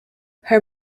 her